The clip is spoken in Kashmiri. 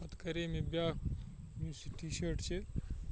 پَتہٕ کَرے مےٚ بیٛاکھ یُس یہِ ٹی شٲٹ چھِ